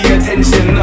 attention